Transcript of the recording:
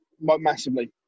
massively